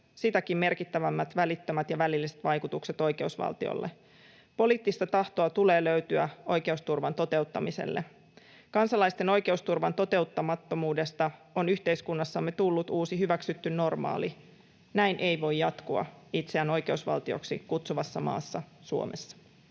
sitäkin merkittävämmät välittömät ja välilliset vaikutukset oikeusvaltiolle. Poliittista tahtoa tulee löytyä oikeusturvan toteuttamiselle. Kansalaisten oikeusturvan toteuttamattomuudesta on yhteiskunnassamme tullut uusi hyväksytty normaali. Näin ei voi jatkua itseään oikeusvaltioksi kutsuvassa maassa, Suomessa.